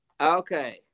Okay